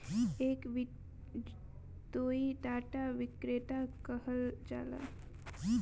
एके वित्तीय डाटा विक्रेता कहल जाला